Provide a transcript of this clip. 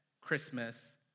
Christmas